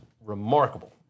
remarkable